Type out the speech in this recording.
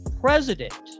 president